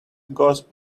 goes